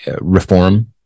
reform